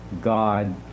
God